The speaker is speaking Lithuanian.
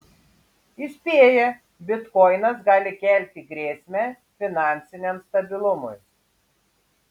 įspėja bitkoinas gali kelti grėsmę finansiniam stabilumui